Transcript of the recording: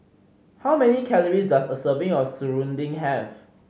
how many calories does a serving of serunding have